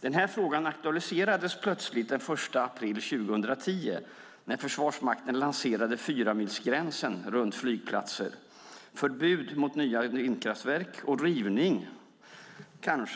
Den här frågan aktualiserades plötsligt den 1 april 2010 när Försvarsmakten lanserade fyramilsgränsen runt flygplatser, förbud mot nya vindkraftverk och kanske även rivning